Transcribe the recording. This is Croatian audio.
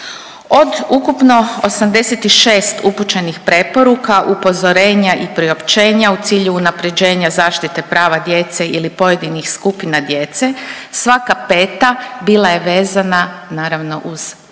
Od ukupno 86 upućenih preporuka, upozorenja i priopćenja u cilju unapređenja zaštite prava djece ili pojedinih skupina djece, svaka peta bila je vezana naravno uz covid